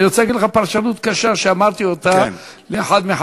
אני רוצה להגיד לך פרשנות קשה, שאמרתי אותה, כן.